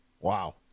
Wow